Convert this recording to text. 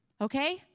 Okay